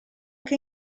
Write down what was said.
che